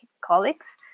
colleagues